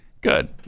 Good